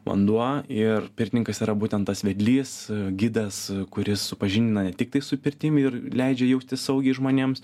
vanduo ir pirtininkas yra būtent tas vedlys gidas kuris supažindina ne tiktai su pirtim ir leidžia jaustis saugiai žmonėms